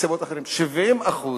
70%